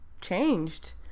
changed